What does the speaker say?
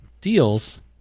deals